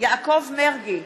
יעקב מרגי,